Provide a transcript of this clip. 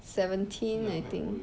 seventeen I think